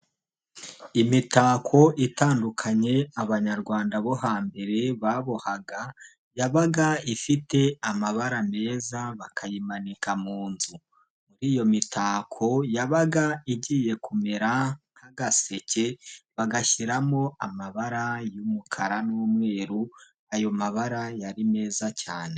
Imitako itandukanye abanyarwanda bo hambere babohaga, yabaga ifite amabara meza bakayimanika mu nzu. Muri iyo mitako yabaga igiye kumera nk'agaseke, bagashyiramo amabara y'umukara n'umweru, ayo mabara yari meza cyane.